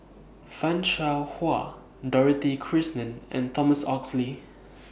fan Shao Hua Dorothy Krishnan and Thomas Oxley